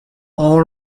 all